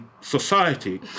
society